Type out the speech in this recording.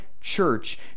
church